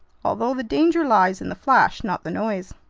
although the danger lies in the flash, not the noise.